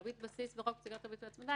הריבית בסיס בחוק פסיקת ריבית והצמדה